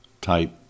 type